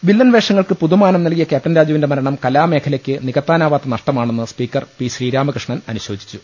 വില്ലൻവേഷങ്ങൾക്ക് പുതുമാനം നൽകിയ ക്യാപ്റ്റൻ രാജു വിന്റെ മരണം കലാമേഖലയ്ക്ക് നികത്താനാവാത്ത നഷ്ടമാ ണെന്ന് സ്പീക്കർ പി ശ്രീരാമകൃഷ്ണൻ അനുശോചിച്ചു